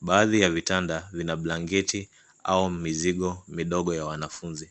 Baadhi ya vitanda vina blanketi au mizigo midogo ya wanafunzi.